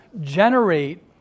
generate